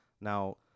Now